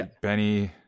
Benny